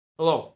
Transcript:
Hello